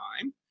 time